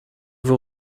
vous